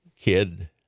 kid